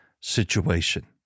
situation